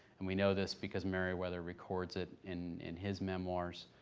and we know this because meriwether records it in in his memoirs.